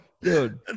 dude